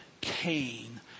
Cain